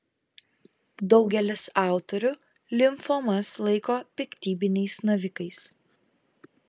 daugelis autorių limfomas laiko piktybiniais navikais